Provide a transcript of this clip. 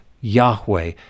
Yahweh